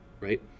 right